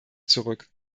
zurück